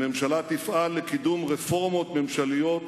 הממשלה תפעל לקידום רפורמות ממשליות